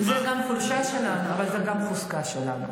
זו גם החולשה שלנו, אבל זו גם החוזקה שלנו.